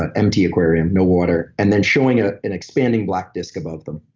ah empty aquarium, no water and then showing ah an expanding black disk above them.